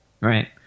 Right